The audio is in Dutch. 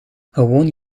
gewoon